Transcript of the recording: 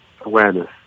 awareness